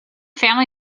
family